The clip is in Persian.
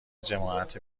جماعت